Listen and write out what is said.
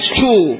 two